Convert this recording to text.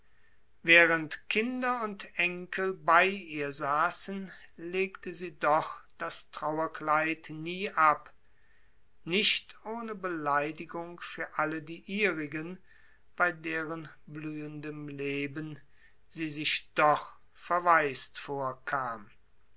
während kinder und enkel bei ihr saßen legte sie doch das trauerkleid nie ab nicht ohne beleidigung für alle die ihrigen bei deren blühendem leben sie sich doch verwaist vorkam